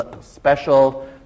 special